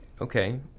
Okay